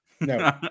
No